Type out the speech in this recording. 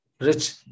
Rich